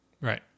Right